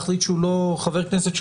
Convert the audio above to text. חבר כנסת,